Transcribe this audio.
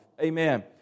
Amen